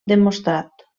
demostrat